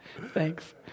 Thanks